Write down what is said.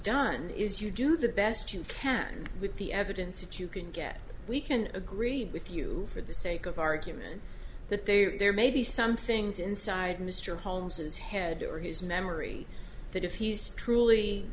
done is you do the best you can with the evidence that you can get we can agree with you for the sake of argument that there may be some things inside mr holmes his head or his memory that if he's truly